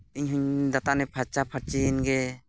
ᱤᱧᱦᱚᱸ ᱫᱟᱹᱛᱟᱹᱱᱤᱧ ᱯᱷᱟᱨᱪᱟ ᱯᱷᱟᱹᱨᱪᱤᱭᱮᱱ ᱜᱮ